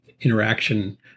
interaction